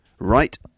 right